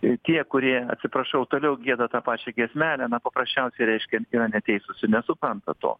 tie kurie atsiprašau toliau gieda tą pačią giesmelę na paprasčiausiai reiškia yra neteisūs ir nesupranta to